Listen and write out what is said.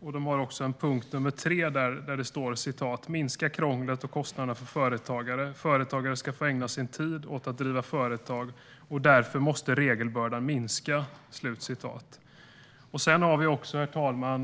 Det finns också en punkt nr 3, där det står: Minska krånglet och kostnaderna för företagare. Företagare ska få ägna sin tid åt att driva företag, och därför måste regelbördan minska. Herr talman!